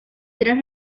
tres